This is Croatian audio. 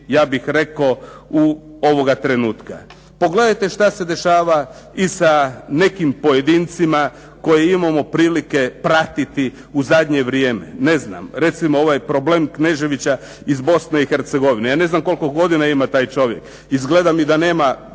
ja bih rekao ovoga trenutka. Pogledajte šta se dešava i sa nekim pojedincima koje imamo prilike pratiti u zadnje vrijeme. Ne znam, recimo ovaj problem Kneževića iz Bosne i Hercegovine. Ja ne znam koliko godina ima taj čovjek. Izgleda mi da nema